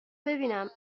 ببینم